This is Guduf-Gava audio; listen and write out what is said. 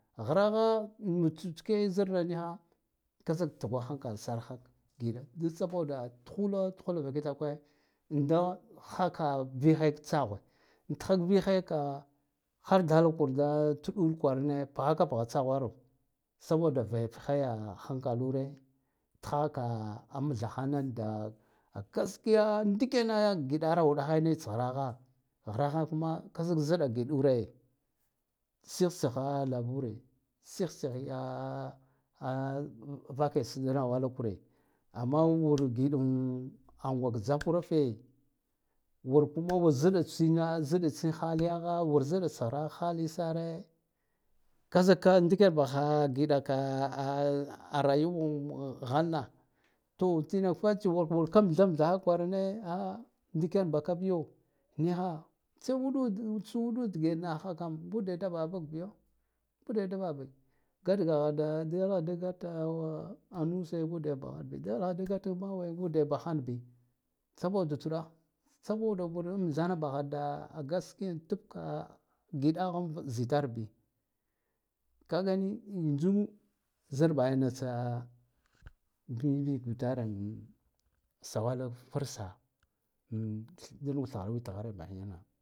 Hraho chuch kai zarna niha ka tsag tugwa hankal sar ho giɗa dir saboda tuhula tuhul va kitakwe nda harka vihe ka tsahwa antha vihe ka har dala kur da tuɗul kwarane phaka pha tsa hwaro saboda vaivheye hankalure thaka amtha hanan da gaskiya ndika na giɗaro uɗahe niya tshraha hraha kuma kazak ziɗa giɗure sih sih he lavure sih sih ya a vaka sadana wala kure amma wur giɗan wara tsa kurafe wur kuma wur ziɗa tsina ziɗa tsiha ya war ziɗa tsahra hadisare ka zikka ndiken bahha giɗa a rayuwa a halna to tinak fatsiya war ka amthamtha ha kwarane aa ndik yan baka biyo niha ts auɗa ud tsudu dige naha kam ngi ude do baha bag biyo ngude da babi gat gaha da diyane da gata a nuse ngude bahan bi saboda tsudah sabo da war amthana baha da gaskiya tub ka giɗaha va zitar kagani jumu zar bakha na tsa ngigutar am sawalo farsa tsa faruwa tharra bahina.